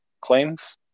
claims